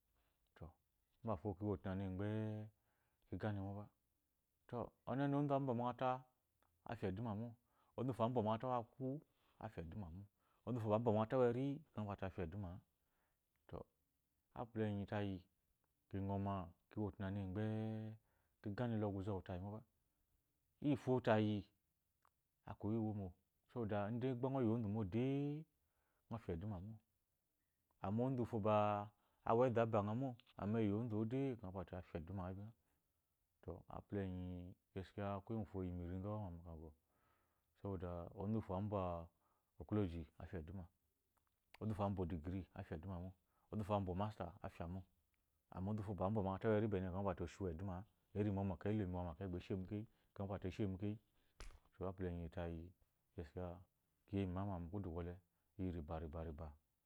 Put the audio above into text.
To mbafo muwo otunani gbe migane mo ba ɔnene onzu ambwa omakata afya eduma mo onzu wufo ambwa omakata uwa aku afya eduma mo onzu uwufo ba awa omakata uwe ekeyi afya eduma a to apula enyi tayi mu ngɔ ma ki wo otunanu gba ki gane la oguze ɔwu tayi moba iyi fo tayi aku iwo iwoomo so da ide gba ɔyi onzu mo de ngɔ fyaeduma mo uwu fo ba awa ezu abangha mo eyi onzu ode afya eduma keyi la ngha to apula enyi gaskiya kuye ngwufo irinzu owe mu kagɔ soda onzu wufo irinzu owe mu kagɔ soda onzu wufo irinzu owe mu kagɔ soda onzu wufo anbwa owloji. afya eduma onzu wufo ambwa odigiri afya eduma onzu wufo ambwa omaster afya eduma onzu wufo ambwa eduma a eri mɔmɔ ekeyi ekomo iwama ekeyi eshekiyi apula enyitayi gaskiyaki yeyi mu imama mu kudu kwɔle